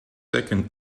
second